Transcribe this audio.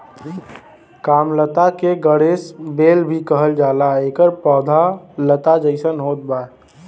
कामलता के गणेश बेल भी कहल जाला एकर पौधा लता जइसन होत बा